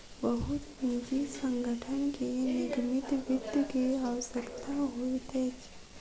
बहुत निजी संगठन के निगमित वित्त के आवश्यकता होइत अछि